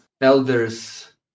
elders